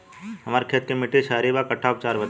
हमर खेत के मिट्टी क्षारीय बा कट्ठा उपचार बा?